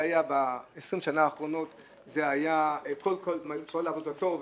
זה היה ב-20 השנה האחרונות כל עבודתו.